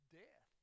death